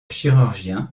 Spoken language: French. chirurgien